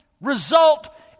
result